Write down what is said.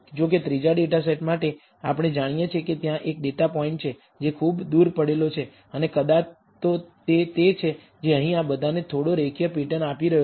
જો કે ત્રીજા ડેટાસેટ માટે આપણે જાણીએ છીએ કે ત્યાં એક ડેટા પોઇન્ટ છે જે ખૂબ દૂર પડેલો છે અને કદાચ તે તે છે જે અહીં આ બધાને થોડો રેખીય પેટર્ન આપી રહ્યો છે